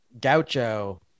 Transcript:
Gaucho